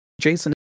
Jason